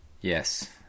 Yes